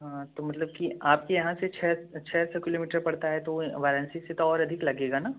हाँ तो मतलब की आपके यहाँ से छः छः सौ किलोमीटर पड़ता है तो वाराणसी से तो और अधिक लगेगा ना